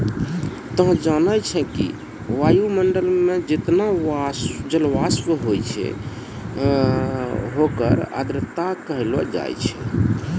तोहं जानै छौ कि वायुमंडल मं जतना जलवाष्प होय छै होकरे आर्द्रता कहलो जाय छै